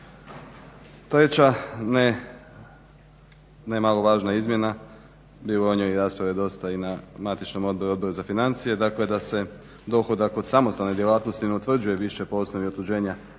Treća ne malo važna izmjena, bilo je o njoj rasprave dosta rasprave i na matičnom Odboru za financije, dakle da se dohodak od samostalne djelatnosti ne utvrđuje više po osnovi otuđenja